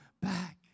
back